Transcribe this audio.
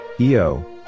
EO